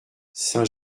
saint